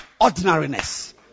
ordinariness